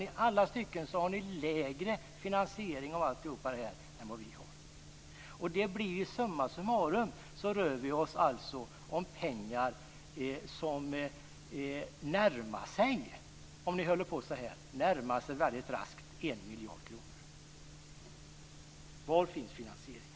I alla stycken har ni lägre finansiering av allt det här än vad vi har. Summa summarum rör det sig alltså om pengar som, om ni håller på så här, väldigt raskt närmar sig 1 miljard kronor. Var finns finansieringen?